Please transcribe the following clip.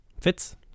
Fitz